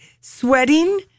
sweating